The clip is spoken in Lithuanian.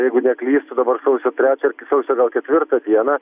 jeigu neklystu dabar sausio trečią ar sausio gal ketvirtą dieną